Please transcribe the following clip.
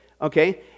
Okay